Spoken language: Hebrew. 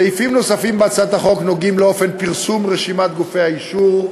סעיפים נוספים בהצעת החוק נוגעים באופן פרסום רשימת גופי האישור,